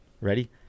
ready